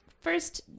first